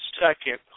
second